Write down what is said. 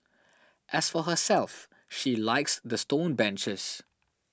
as for herself she likes the stone benches